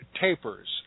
tapers